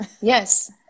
Yes